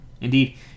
Indeed